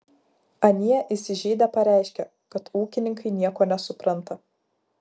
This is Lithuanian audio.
anie įsižeidę pareiškė kad ūkininkai nieko nesupranta